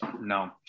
No